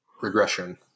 regression